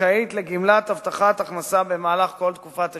זכאית לגמלת הבטחת הכנסה במהלך כל תקופת השיקום.